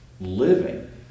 living